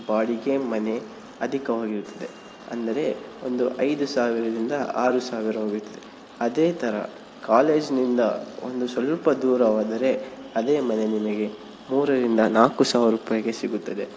ಬಾಡಿಗೆ ಮನೆ ಅಧಿಕವಾಗಿರುತ್ತದೆ ಅಂದರೆ ಒಂದು ಐದು ಸಾವಿರದಿಂದ ಆರು ಸಾವಿರ ಇರುತ್ತದೆ ಅದೇ ಥರ ಕಾಲೇಜಿನಿಂದ ಒಂದು ಸ್ವಲ್ಪ ದೂರವಾದರೆ ಅದೇ ಮನೆ ನಿಮಗೆ ಮೂರರಿಂದ ನಾಲ್ಕು ಸಾವಿರ ರೂಪಾಯಿಗೆ ಸಿಗುತ್ತದೆ